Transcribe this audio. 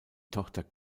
tochter